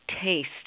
taste